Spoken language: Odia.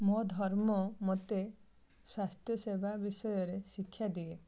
ମୋ ଧର୍ମ ମୋତେ ସ୍ୱାସ୍ଥ୍ୟ ସେବା ବିଷୟରେ ଶିକ୍ଷା ଦିଏ